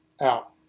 out